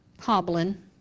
hobbling